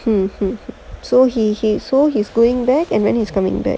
so he he he going back and then he is coming back